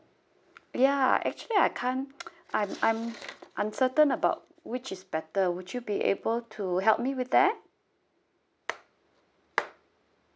ya actually I can't I'm I'm uncertain about which is better would you be able to help me with that